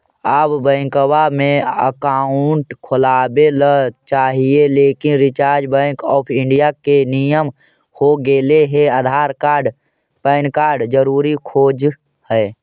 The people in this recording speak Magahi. आब बैंकवा मे अकाउंट खोलावे ल चाहिए लेकिन रिजर्व बैंक ऑफ़र इंडिया के नियम हो गेले हे आधार कार्ड पैन कार्ड जरूरी खोज है?